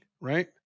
right